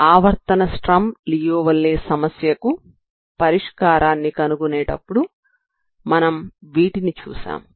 ఆవర్తన Sturm Liouville సమస్యకు పరిష్కారాన్ని కనుగొనేటప్పుడు మనం వీటిని చూశాము